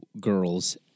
girls